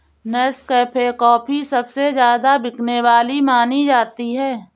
Nescafe coffee सबसे ज्यादा बिकने वाली मानी जाती है